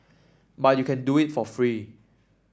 but you can do it for free